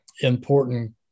important